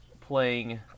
playing